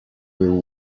will